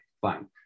Fine